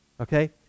Okay